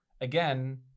again